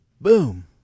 boom